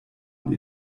und